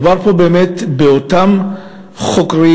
מדובר פה באמת באותם חוקרים,